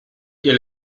ihr